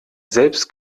selbst